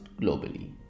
globally